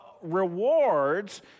rewards